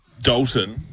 Dalton